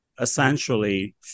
essentially